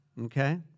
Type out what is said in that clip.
Okay